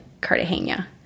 Cartagena